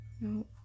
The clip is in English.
no